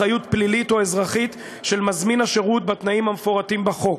אחריות פלילית או אזרחית של מזמין השירות בתנאים המפורטים בחוק,